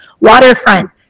Waterfront